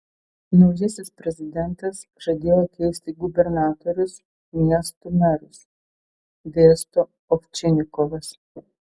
naujasis prezidentas žadėjo keisti gubernatorius miestų merus dėsto ovčinikovas